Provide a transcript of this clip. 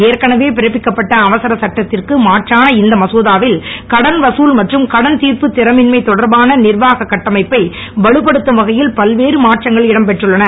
ஏற்கனவே பிறப்பிக்கப்பட்ட அவசர சட்டத்திற்கு மாற்றான இந்த மசோதாவில் கடன் வதூல் மற்றும் கடன் திர்ப்புத் தறமின்மை தொடர்பான நிர்வாகக் கட்டமைப்பை வலுப்படுத்தும் வகையில் பல்வேற மாற்றங்கள் இடம்பெற்றுள்ளன